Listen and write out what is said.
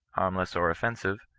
harmless or offensive,